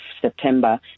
September